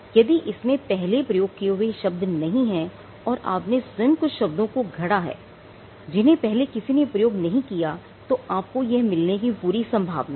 यदि इसमें पहले प्रयोग किए हुए शब्द नहीं है और आपने स्वयं कुछ शब्दों को घढ़ा है जिन्हें पहले किसी ने प्रयोग नहीं किया तो आपको यह मिलने की पूरी संभावना है